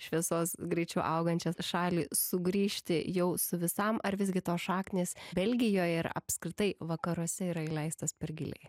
šviesos greičiu augančią šalį sugrįžti jau su visam ar visgi tos šaknys belgijoje ir apskritai vakaruose yra įleistos per giliai